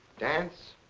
dance?